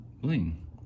bling